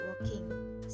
walking